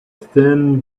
thin